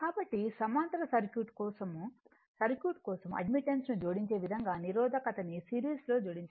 కాబట్టి సమాంతర సర్క్యూట్ కోసం అడ్మిటెన్స్ ను జోడించే విధంగా నిరోధకతని సిరిస్ లో జోడించాలి